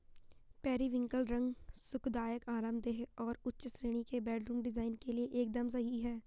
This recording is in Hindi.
पेरिविंकल रंग सुखदायक, आरामदेह और उच्च श्रेणी के बेडरूम डिजाइन के लिए एकदम सही है